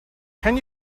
can